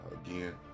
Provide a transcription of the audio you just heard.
Again